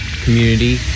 Community